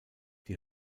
die